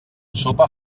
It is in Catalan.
sopa